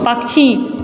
पक्षी